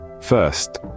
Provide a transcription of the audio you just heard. First